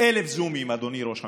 1,000 זומים, אדוני ראש הממשלה,